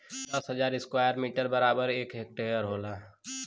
दस हजार square metre बराबर एक हेक्टेयर होला